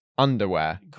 underwear